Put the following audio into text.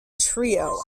trio